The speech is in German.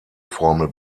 formel